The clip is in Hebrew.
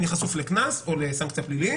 אני חשוף לקנס או לסנקציה פלילית,